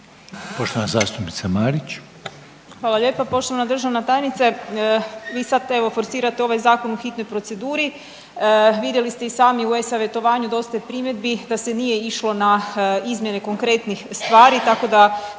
Poštovana zastupnica Marić.